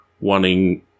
wanting